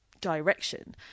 direction